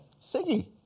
Siggy